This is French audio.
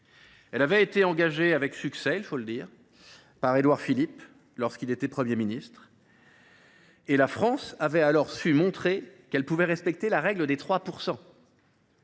avait été amorcée avec succès, il faut le dire, par Édouard Philippe lorsqu’il était Premier ministre. Ah bon ? La France avait alors su montrer sa capacité à respecter la règle des 3 %.